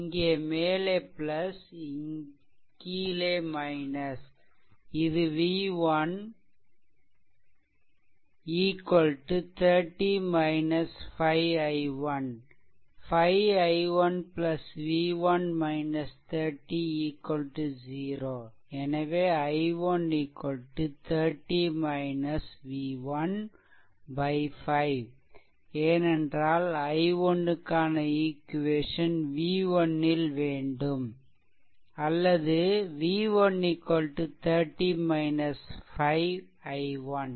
இங்கே மேலே கீழே இது v1 30 5 i1 5i1v1 30 0 எனவே i1 30 v1 5ஏனென்றால் i1 க்கான ஈக்வேஷன் v1 ல் வேண்டும் அல்லது v1 30 5 i1